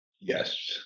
Yes